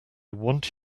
want